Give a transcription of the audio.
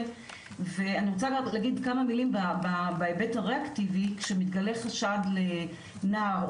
ואני רוצה להגיד כמה מילים בהיבט הריאקטיבי שמתגלה חשד לנער,